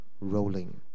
rolling